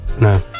No